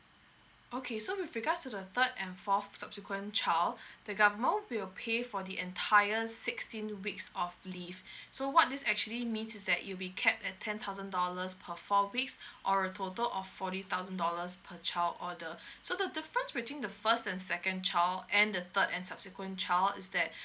okay so with regards to the third and fourth subsequent child the government will pay for the entire sixteen weeks of leave so what this actually means is that it will be capped at ten thousand dollars per four weeks or total of forty thousand dollars per child order so the difference between the first and second child and the third and subsequent child is that